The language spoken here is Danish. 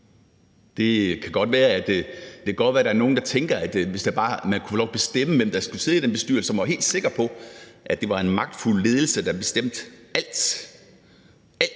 Det kan godt være, at der er nogle, der tænker, at man, hvis man bare kunne få lov at bestemme, hvem der skulle sidde i den bestyrelse, så man var helt sikker på, at det var en magtfuld ledelse, der bestemte alt – alt